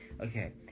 Okay